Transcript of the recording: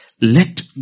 let